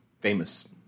famous